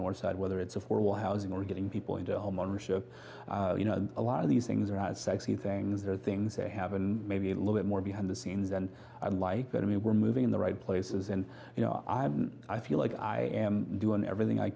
north side whether it's affordable housing or getting people into homeownership you know a lot of these things are not sexy things are things they haven't maybe a little bit more behind the scenes and i'm like that i mean we're moving in the right places and you know i'm i feel like i am doing everything i